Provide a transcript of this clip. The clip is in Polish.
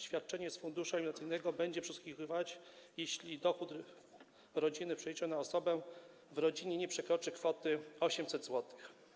Świadczenie z funduszu alimentacyjnego będzie przysługiwać, jeśli dochód rodziny w przeliczeniu na osobę w rodzinie nie przekroczy kwoty 800 zł.